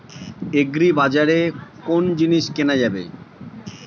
আগ্রিবাজারে কোন জিনিস কেনা যাবে?